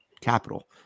capital